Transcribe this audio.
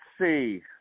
see